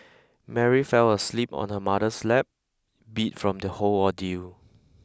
Mary fell asleep on her mother's lap beat from the whole ordeal